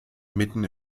mitten